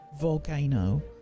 volcano